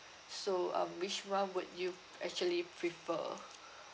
so um which one would you actually prefer